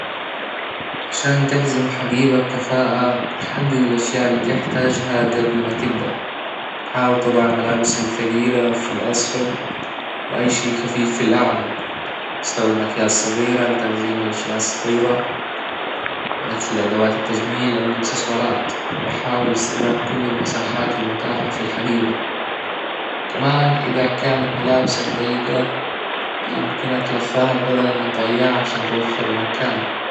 عشان تحزم حجيبة بكفاءة حدد الاشياء اللي تحتاجها قبل ما تبدأ حاول تضع الملابس الثجيلة في الاسفل واي شيء خفيف في الأعلى استخدم اكياس صغيرة لتخزين الاشياء الصغيرة مثل ادوات التجميل أو الإكسسوارات وحاول إستخدام كل المساحات المتاحة في الحجيبة كمان اذا كانت ملابسك ضيجة يمكنك لفها بدلا من طيها عشان توفر مكان